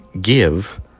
give